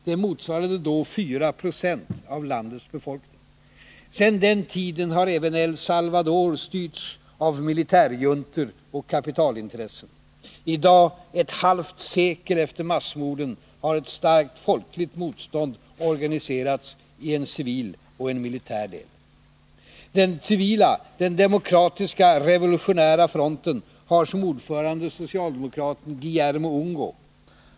Det motsvarade fyra procent av landets befolkning. Sedan den tiden har även El Salvador styrts av militärjuntor och kapitalintressen. I dag, ett halvt sekel efter massmorden, har ett starkt folkligt motstånd organiserats i en civil och en militär del. Den civila, den demokratiska revolutionära fronten, har som ordförande socialdemokraten Guillermo Ungo.